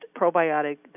probiotic